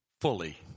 fully